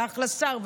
אתה אחלה שר,